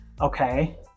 okay